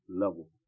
level